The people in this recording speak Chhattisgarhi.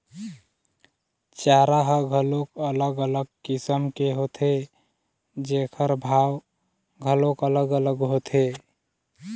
चारा ह घलोक अलग अलग किसम के होथे जेखर भाव घलोक अलग अलग होथे